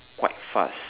quite fast